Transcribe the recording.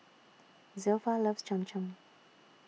Zilpha loves Cham Cham